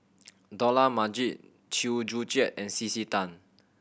Dollah Majid Chew Joo Chiat and C C Tan